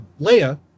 Leia